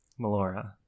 Melora